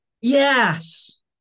Yes